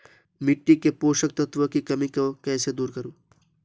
मिट्टी के पोषक तत्वों की कमी को कैसे दूर करें?